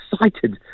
excited